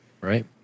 right